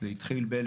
זה התחיל ב-1995.